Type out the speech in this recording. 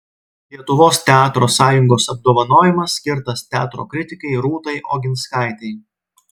lietuvos teatro sąjungos apdovanojimas skirtas teatro kritikei rūtai oginskaitei